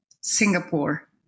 Singapore